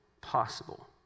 possible